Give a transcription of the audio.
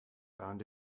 found